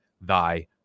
thy